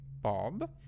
Bob